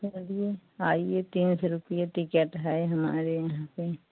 चलिए आइए तीन सौ रुपया टिकट है हमारे यहाँ पर